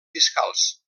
fiscals